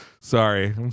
Sorry